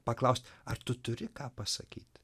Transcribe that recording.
paklaust ar tu turi ką pasakyt